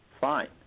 fine